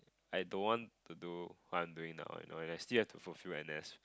I don't want to do what I'm doing now I know and I still have to fulfil N_S